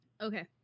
okay